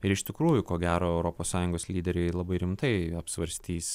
ir iš tikrųjų ko gero europos sąjungos lyderiai labai rimtai apsvarstys